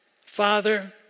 Father